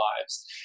lives